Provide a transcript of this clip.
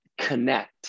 connect